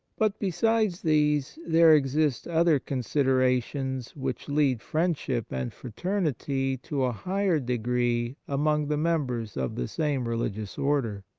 but, besides these, there exist other considerations which lead friend ship and fraternity to a higher degree among the members of the same religious order.